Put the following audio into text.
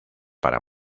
para